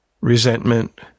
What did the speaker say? resentment